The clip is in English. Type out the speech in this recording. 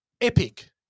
epic